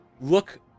look